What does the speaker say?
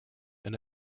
and